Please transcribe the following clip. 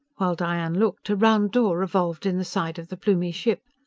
while diane looked, a round door revolved in the side of the plumie ship.